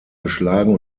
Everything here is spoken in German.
geschlagen